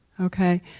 Okay